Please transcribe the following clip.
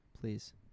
please